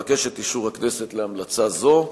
אבקש את אישור הכנסת להמלצה זו.